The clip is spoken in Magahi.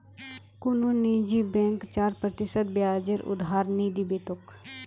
कुनु निजी बैंक चार प्रतिशत ब्याजेर उधार नि दीबे तोक